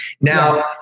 now